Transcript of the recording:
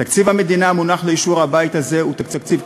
תקציב המדינה המונח לאישור הבית הזה הוא תקציב,